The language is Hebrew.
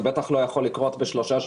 זה לא יכול לקרות בשלושה שבועות.